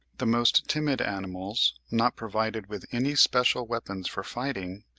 the most timid animals, not provided with any special weapons for fighting,